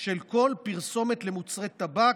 של כל פרסומת למוצרי טבק,